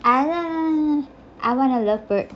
I I want a lovebird